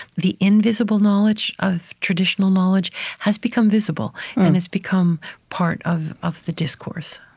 the invisible knowledge of traditional knowledge has become visible and has become part of of the discourse